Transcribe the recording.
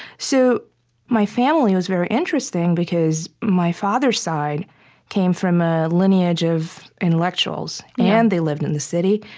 so my family was very interesting because my father's side came from a lineage of intellectuals. and they lived in the city.